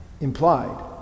implied